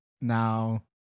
now